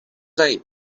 right